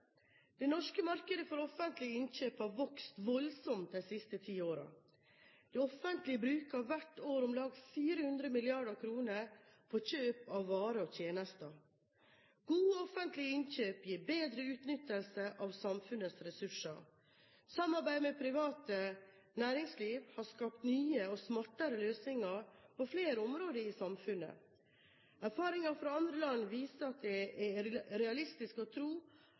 Det norske markedet for offentlige innkjøp har vokst voldsomt de siste ti årene. Det offentlige bruker hvert år om lag 400 mrd. kr på kjøp av varer og tjenester. Gode offentlige innkjøp gir bedre utnyttelse av samfunnets ressurser. Samarbeid med privat næringsliv har skapt nye og smartere løsninger på flere områder i samfunnet. Erfaringer fra andre land viser at det er realistisk å tro